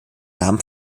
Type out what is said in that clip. namen